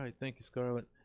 um thanks scarlett.